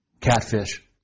catfish